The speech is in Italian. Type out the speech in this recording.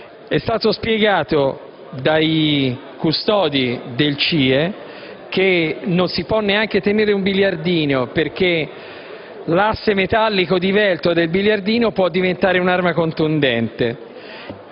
È stato spiegato dai custodi di un CIE che non si può neanche tenere un biliardino, perché l'asse metallico divelto può diventare un'arma contundente.